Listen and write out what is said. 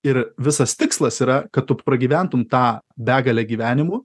ir visas tikslas yra kad pragyventum tą begalę gyvenimų